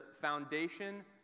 foundation